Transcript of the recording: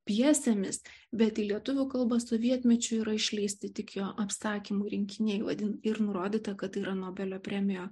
pjesėmis bet į lietuvių kalbą sovietmečiu yra išleisti tik jo apsakymų rinkiniai vadinti ir nurodyta kad yra nobelio premijo